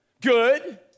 good